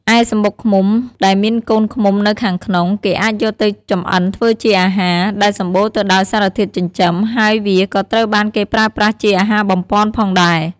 ឯសំបុកឃ្មុំដែលមានកូនឃ្មុំនៅខាងក្នុង គេអាចយកទៅចម្អិនធ្វើជាអាហារ ដែលសម្បូរទៅដោយសារធាតុចិញ្ចឹម ហើយវាក៏ត្រូវបានគេប្រើប្រាស់ជាអាហារបំប៉នផងដែរ។